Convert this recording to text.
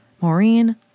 Maureen